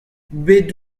bet